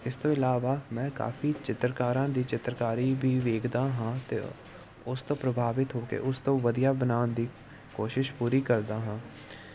ਇਸ ਤੋਂ ਇਲਾਵਾ ਮੈਂ ਕਾਫੀ ਚਿੱਤਰਕਾਰਾਂ ਦੀ ਚਿੱਤਰਕਾਰੀ ਵੀ ਵੇਖਦਾ ਹਾਂ ਅਤੇ ਉਸ ਤੋਂ ਪ੍ਰਭਾਵਿਤ ਹੋ ਕੇ ਉਸ ਤੋਂ ਵਧੀਆ ਬਣਾਉਣ ਦੀ ਕੋਸ਼ਿਸ਼ ਪੂਰੀ ਕਰਦਾ ਹਾਂ